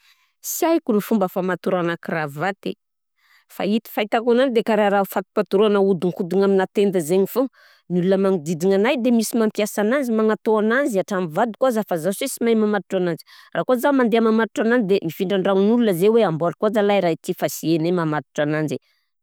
Sy haiko ny fomba famatorana Kravaty, fahit- fahitako ananjy de karaha raha fato-patoragna ahondikondigna amina tenda zaigny foana, ny olona magnodidigna anahy de misy mampiasa ananzy magnatao ananzy hatramin'ny vadiko aza fa zaho si sy mahay mamatotra ananjy, raha koà zah mandeh mamatotra ananjy de mifindra an-dragnon'ol ze hoe amboary koà zalahy raha ty fa sy hainay mamatotra ananjy.